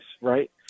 Right